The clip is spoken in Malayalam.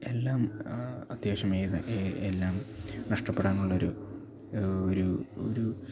എല്ലാം അത്യാവശ്യം ഏത് എല്ലാം നഷ്ട്ടപ്പെടാനുള്ള ഒരു ഒരു ഒരു